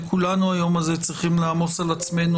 וכולנו ביום הזה צריכים לעמוס על עצמנו